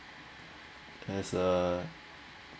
there's a